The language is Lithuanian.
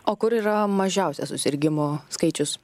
o kur yra mažiausias susirgimų skaičius